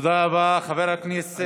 תודה רבה לחבר הכנסת,